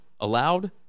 allowed